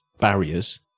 barriers